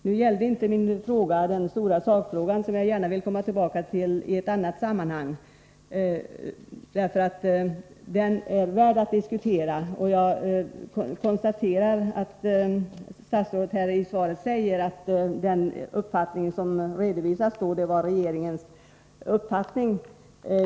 Nu gällde inte min fråga den stora sakfrågan, som jag gärna vill komma tillbaka till i ett annat sammanhang eftersom den är värd att diskutera. Statsrådet säger i svaret att den uppfattning som redovisats var regeringens uppfattning.